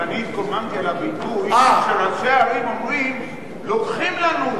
אבל אני התקוממתי על הביטוי שראשי ערים אומרים: לוקחים לנו,